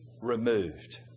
removed